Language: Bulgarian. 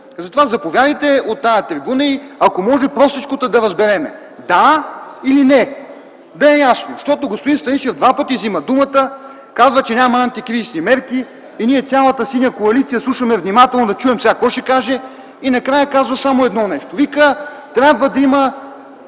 Тогава заповядайте на тази трибуна и ако може, простичко, да разберем: да или не, за да е ясно. Господин Станишев два пъти взема думата, казва, че няма антикризисни мерки и ние – цялата Синя коалиция, слушаме внимателно какво ще каже. Накрая каза само едно нещо, че трябва да има